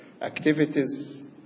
activities